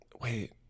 wait